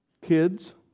Kids